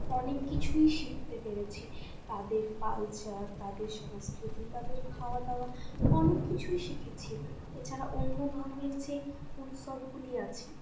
অনেক কিছুই শিখতে পেরেছি তাদের কালচার তাদের সংস্কৃতি তাদের খাওয়া দাওয়া অনেক কিছুই শিখেছি এ ছাড়া অন্য ধর্মের যে উৎসবগুলি আছে